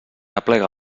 aplega